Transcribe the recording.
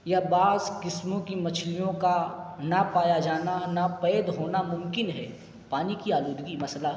یا بعض قسموں کی مچھلیوں کا نہ پایا جانا ناپید ہونا ممکن ہے پانی کی آلودگی مسئلہ